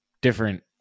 different